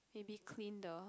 maybe clean the